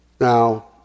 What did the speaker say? Now